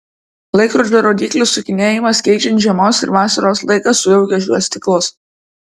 laikrodžio rodyklių sukinėjimas keičiant žiemos ir vasaros laiką sujaukia šiuos ciklus